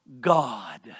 God